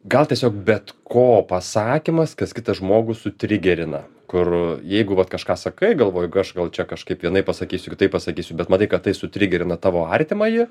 gal tiesiog bet ko pasakymas kas kitą žmogų sutrigerina kur jeigu vat kažką sakai galvoji gal aš čia kažkaip vienaip pasakysiu kitaip pasakysiu bet matai kad tai sutrigerina tavo artimąjį